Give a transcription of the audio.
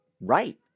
right